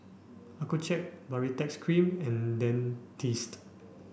Accucheck Baritex cream and Dentiste